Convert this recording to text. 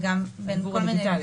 דיוור דיגיטלי.